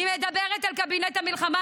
אני מדברת על קבינט המלחמה.